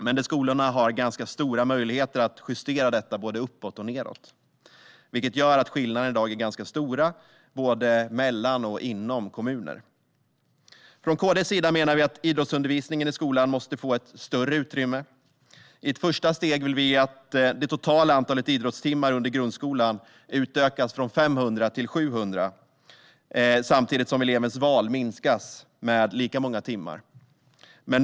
Men skolorna har ganska stora möjligheter att justera detta både uppåt och nedåt, vilket gör att skillnaderna i dag är ganska stora både mellan och inom kommuner. Från KD:s sida menar vi att idrottsundervisningen i skolan måste få ett större utrymme. I ett första steg vill vi att det totala antalet idrottstimmar i grundskolan ska utökas från 500 till 700 samtidigt som elevens val minskas med lika många timmar.